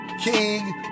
King